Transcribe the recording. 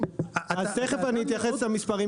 בעוד רגע אני אתייחס לכבישים